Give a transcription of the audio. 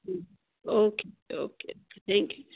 ਠੀਕ okay okay thank you ਜੀ